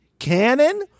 Cannon